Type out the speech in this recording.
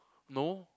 no